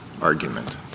argument